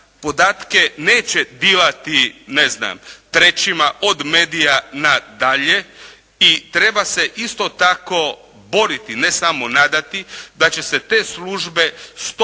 podatke neće dilati, ne znam trećima, od medija nadalje i treba se isto tako boriti, ne samo nadati, da će se te službe 100%